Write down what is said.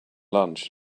lunch